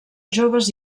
joves